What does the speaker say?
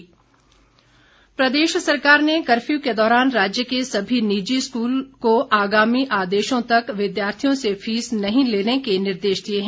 सुरेश भारद्वाज प्रदेश सरकार ने कर्फ्यू के दौरान राज्य के सभी निजी स्कूल को आगामी आदेशों तक विद्यार्थियों से फीस नहीं लेने के निर्देश दिए हैं